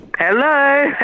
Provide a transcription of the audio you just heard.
Hello